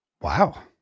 Wow